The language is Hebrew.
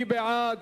מי בעד?